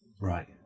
Right